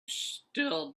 still